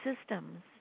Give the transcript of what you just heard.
systems